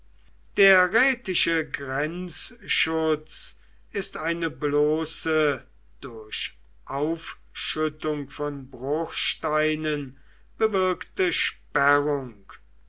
der rätische grenzschutz ist eine bloße durch aufschüttung von bruchsteinen bewirkte sperrung